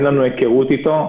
אין לנו היכרות אתו,